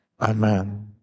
Amen